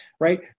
Right